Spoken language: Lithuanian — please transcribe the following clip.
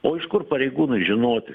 o iš kur pareigūnui žinoti